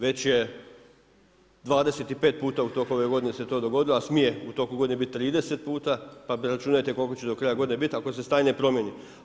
Već se 25 puta u toku ove godine se to dogodilo, a smije u toku godine biti 30 puta, pa onda računajte koliko će do kraja godine biti, ako se stanje ne promjeni.